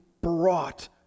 brought